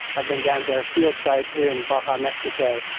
i've been down to our field site here in baja, mexico,